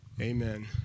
Amen